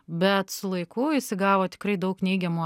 bet su laiku jis įgavo tikrai daug neigiamų